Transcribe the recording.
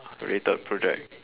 related project